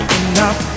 enough